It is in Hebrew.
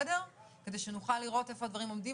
כדי שנוכל לראות איפה הדברים עומדים.